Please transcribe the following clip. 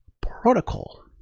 protocol